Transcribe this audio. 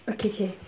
okay K